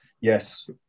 Yes